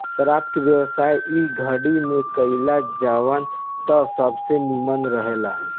शराब के व्यापार इ घड़ी में कईल जाव त सबसे निमन रहेला